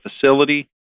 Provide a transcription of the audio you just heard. facility